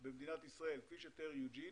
במדינת ישראל כפי שתיאר יוג'ין